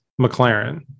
mclaren